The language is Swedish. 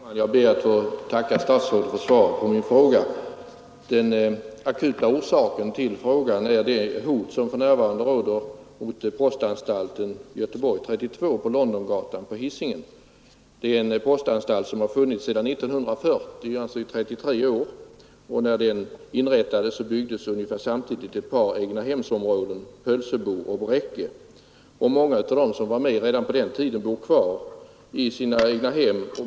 Herr talman! Jag ber att få tacka statsrådet för svaret på min fråga. Den akuta orsaken till frågan är det hot som för närvarande råder mot postanstalten Göteborg 32 på Londongatan på Hisingen. Det är en postanstalt som funnits sedan 1940, alltså i 33 år. När den inrättades byggdes ungefär samtidigt ett par egnahemsområden, Hölsebo och Bräcke. Många av dem som var med redan på den tiden bor kvar i sina egnahem.